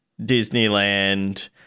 Disneyland